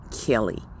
Kelly